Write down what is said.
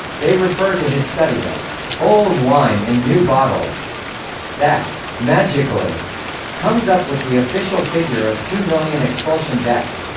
they refer to his study as old wine in new bottles that magically comes up with the official figure of two million expulsion deaths.